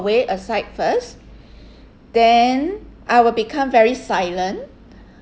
aside first then I will become very silent